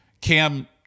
Cam